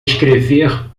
escrever